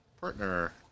Partner